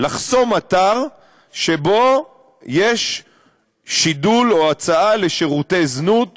לחסום אתר שיש בו שידול או הצעה לשירותי זנות,